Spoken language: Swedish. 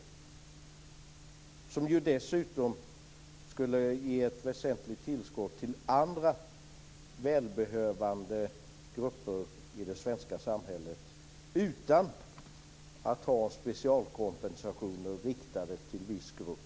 Dessutom skulle det ge ett väsentligt tillskott till andra välbehövande grupper i det svenska samhället utan att ha specialkompensationer riktade till viss grupp.